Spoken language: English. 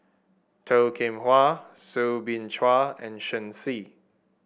Toh Kim Hwa Soo Bin Chua and Shen Xi